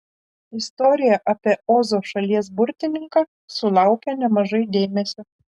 istorija apie ozo šalies burtininką sulaukia nemažai dėmesio